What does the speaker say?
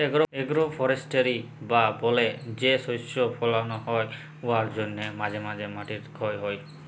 agro forestry বা বলে যে শস্য ফলাল হ্যয় উয়ার জ্যনহে মাঝে ম্যধে মাটির খ্যয় হ্যয়